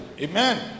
Amen